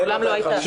אין 250 מיליון שקל.